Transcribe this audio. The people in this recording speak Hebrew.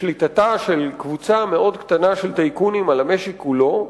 בשליטתה של קבוצה מאוד קטנה של טייקונים על המשק כולו,